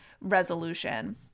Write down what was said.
resolution